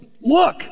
Look